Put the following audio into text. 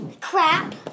crap